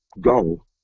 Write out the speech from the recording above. go